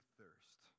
thirst